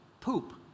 poop